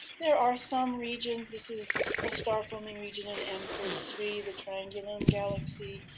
there are some regions this is a star forming region in m three three, the triangulum galaxy,